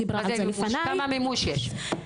כמה מימוש יש.